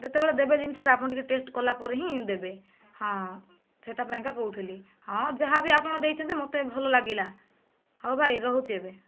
ଯେତେବେଳେ ଦେବେ ଜିନିଷଟା ଆପଣ ଟିକେ ଟେଷ୍ଟ କଲା ପରେ ହିଁ ଦେବେ ହଁ ସେଟା ପାଇଁକା କହୁଥିଲି ହଁ ଯାହା ବି ଆପଣ ଦେଇଛନ୍ତି ମୋତେ ଭଲ ଲାଗିଲା ହଉ ଭାଇ ରହୁଛି ଏବେ